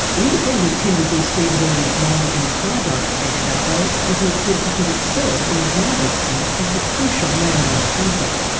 independent timbers and stevedoring's role in sidelining dina gabo was an attempt to put itself in the driver's seat of the crucial landowner company.